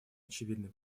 очевидный